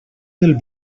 del